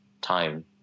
time